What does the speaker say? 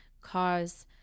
cause